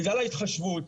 בגלל ההתחשבות,